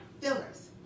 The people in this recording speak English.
fillers